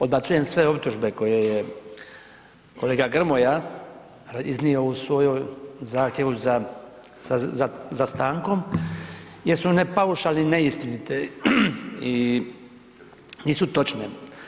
Odbacujem sve optužbe koje je kolega Grmoja iznio u svom zahtjevu za stankom jer su ne paušalne i neistinite i nisu točne.